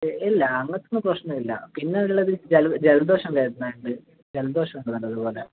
ഇല്ല അങ്ങനത്തെ ഒന്നും പ്രശ്നമില്ല പിന്നെ ഉള്ളത് ജലദോഷം ഉണ്ടായിരുന്നു നന്നായിട്ട് ജലദോഷം ഉണ്ട് നല്ലത് പോലെ